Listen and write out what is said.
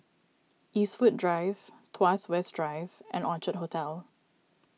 Eastwood Drive Tuas West Drive and Orchard Hotel